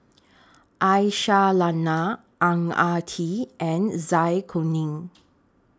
Aisyah Lyana Ang Ah Tee and Zai Kuning